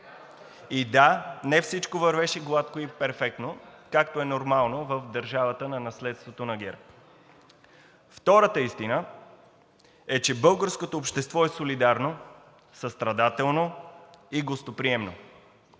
и да, не всичко вървеше гладко и перфектно, както е нормално в държавата на наследството на ГЕРБ. Втората истина е, че българското общество е солидарно, състрадателно и гостоприемно.